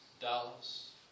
Dallas